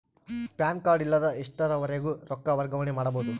PAN card ಇಲ್ಲದ ಎಷ್ಟರವರೆಗೂ ರೊಕ್ಕ ವರ್ಗಾವಣೆ ಮಾಡಬಹುದು?